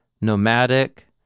nomadic